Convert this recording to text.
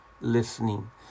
listening